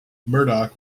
murdoch